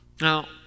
Now